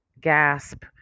gasp